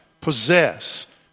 possess